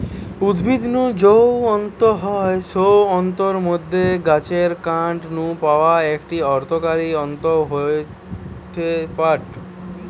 উদ্ভিদ নু যৌ তন্তু হয় সৌ তন্তুর মধ্যে গাছের কান্ড নু পাওয়া একটি অর্থকরী তন্তু হয়ঠে পাট